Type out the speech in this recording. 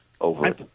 over